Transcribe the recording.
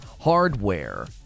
hardware